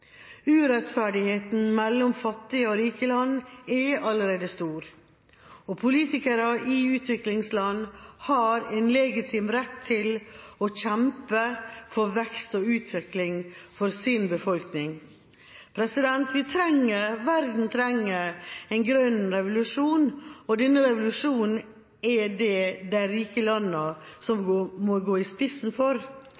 Urettferdigheten mellom fattige og rike land er allerede stor. Politikere i utviklingsland har en legitim rett til å kjempe for vekst og utvikling for sin befolkning. Verden trenger en grønn revolusjon, og denne revolusjonen er det de rike landene som må gå i spissen for.